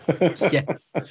yes